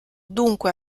dunque